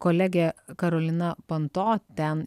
kolegė karolina panto ten